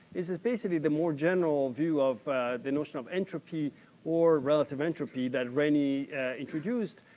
is it basically the more general view of the notion of entropy or relative entropy that renyi introduced.